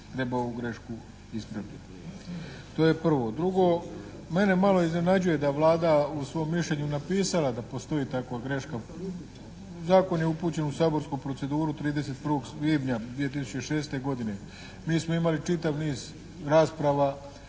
treba ovu grešku ispraviti. To je prvo. Drugo, mene malo iznenađuje da Vlada u svom mišljenju je napisala da postoji takva greška. Zakon je upućen u saborsku proceduru 31. svibnja 2006. godine. Mi smo imali čitav niz rasprava